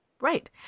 Right